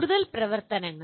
കൂടുതൽ പ്രവർത്തനങ്ങൾ